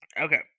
Okay